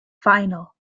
final